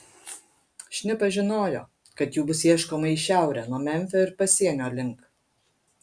šnipas žinojo kad jų bus ieškoma į šiaurę nuo memfio ir pasienio link